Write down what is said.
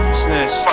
snitch